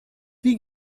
wie